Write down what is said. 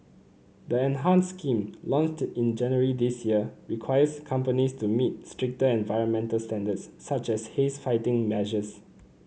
the enhanced scheme launched in January this year requires companies to meet stricter environmental standards such as haze fighting measures